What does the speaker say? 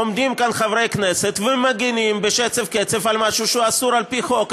עומדים כאן חברי כנסת ומגינים בשצף קצף על משהו שהוא אסור על-פי חוק.